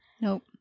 nope